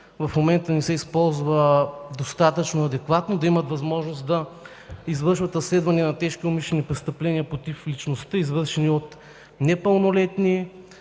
в момента не се използва достатъчно адекватно, да имат възможност да извършват разследвания на тежки умишлени престъпления против личността, извършени от непълнолетни,